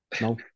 No